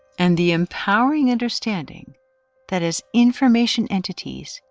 and the empowering understanding that as information entities,